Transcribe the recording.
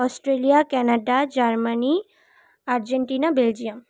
Australia Canada Germany Argentina Belgium